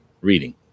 reading